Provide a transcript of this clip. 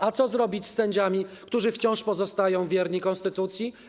A co zrobić z sędziami, którzy wciąż pozostają wierni konstytucji?